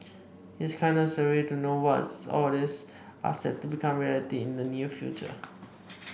it's kinda surreal to know was all this are set to become reality in the near future